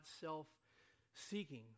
self-seeking